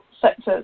sectors